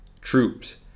troops